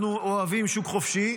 אנחנו אוהבים שוק חופשי,